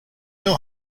know